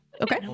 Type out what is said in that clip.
Okay